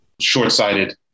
short-sighted